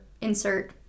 insert